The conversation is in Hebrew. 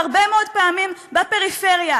והרבה מאוד פעמים בפריפריה,